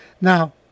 Now